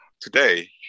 Today